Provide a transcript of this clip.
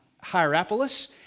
Hierapolis